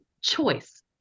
choice